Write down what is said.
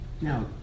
Now